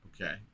Okay